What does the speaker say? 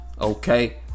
Okay